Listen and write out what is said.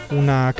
una